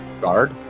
guard